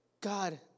God